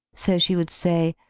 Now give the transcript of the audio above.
so she would say,